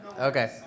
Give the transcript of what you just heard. Okay